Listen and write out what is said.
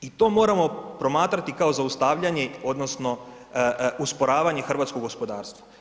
I to moramo promatrati kao zaustavljanje, odnosno usporavanje hrvatskog gospodarstva.